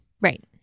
Right